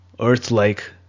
earth-like